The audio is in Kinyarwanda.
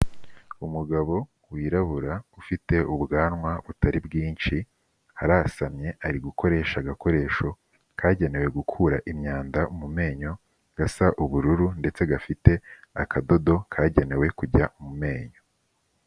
Umugabo wirabura, ufite ubwanwa butari bwinshi, arasamye ari gukoresha agakoresho kagenewe gukura imyanda mu menyo, gasa ubururu ndetse gafite akadodo kagenewe kujya mu menyo.